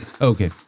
Okay